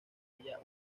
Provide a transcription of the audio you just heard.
ella